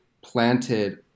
planted